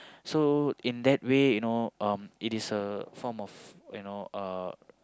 so in that way you know um it is a form of you know uh